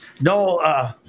No